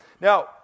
Now